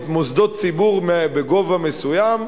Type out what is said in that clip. במוסדות ציבור בגובה מסוים,